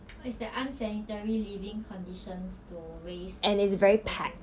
it's the unsanitary living conditions to raise